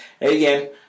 Again